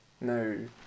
No